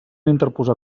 interposar